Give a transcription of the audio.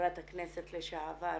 חברת הכנסת לשעבר,